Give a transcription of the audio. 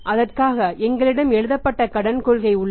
அதற்காக எங்களிடம் எழுதப்பட்ட கடன் கொள்கை உள்ளது